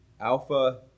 Alpha